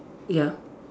ya